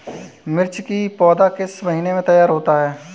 मिर्च की पौधा किस महीने में तैयार होता है?